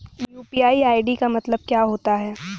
UPI ID का मतलब क्या होता है?